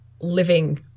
living